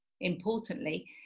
importantly